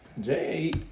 Jay